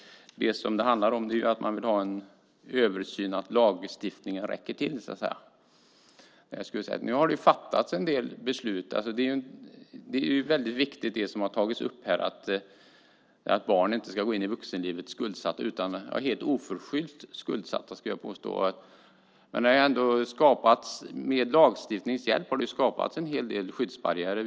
Det som det handlar om är att man vill ha en översyn av att lagstiftningen räcker till, så att säga. Nu har det ju fattats en del beslut. Det är naturligtvis väldigt viktigt att barn inte ska gå in i vuxenlivet helt oförskyllt skuldsatta. Men med lagstiftningens hjälp har det skapats en hel del skyddsbarriärer.